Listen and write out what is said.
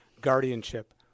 guardianship